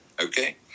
Okay